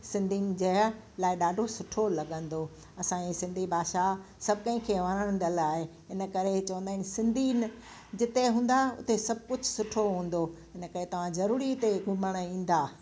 सिंधीयुन जा लाइ ॾाढो सुठो लगंदो असांजी सिंधी भाषा सभु कंहिंखे वणंदड़ु आहे इन करे चवंदा आहिनि सिंधी जिते हूंदा हुते सभु कुझु सुठो हूंदो हिन करे तव्हां जरूरी हिते घुमण ईंदा